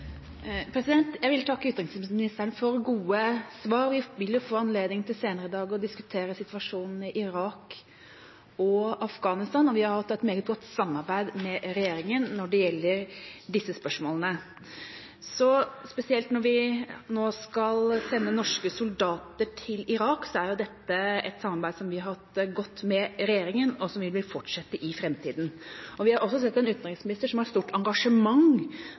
Jeg vil takke utenriksministeren for gode svar. Vi vil senere i dag få anledning til å diskutere situasjonen i Irak og Afghanistan, og vi har hatt et meget godt samarbeid med regjeringa når det gjelder disse spørsmålene. Spesielt i forbindelse med at vi nå skal sende norske soldater til Irak, har det vært et godt samarbeid med regjeringa, som vi vil fortsette i framtida. Vi har også sett en utenriksminister som har et stort engasjement